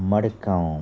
Madgaon